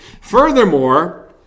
Furthermore